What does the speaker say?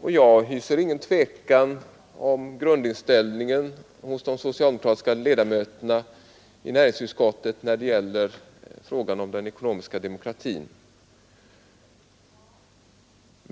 och jag hyser ingen tvekan om grundinställningen hos de socialdemokratiska ledamöterna i näringsutskottet i frågan om den ekonomiska demokratin.